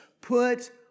put